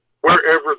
wherever